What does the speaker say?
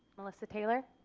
melissa taylor